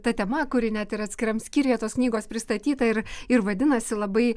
ta tema kuri net ir atskiram skyriuje tos knygos pristatyta ir ir vadinasi labai